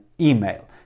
email